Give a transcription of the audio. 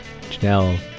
Janelle